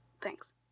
Thanks